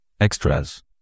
Extras